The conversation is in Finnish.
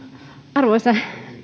arvoisa